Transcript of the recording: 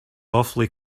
awfully